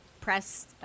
press